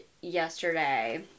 yesterday